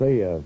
Say